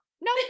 no